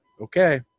Okay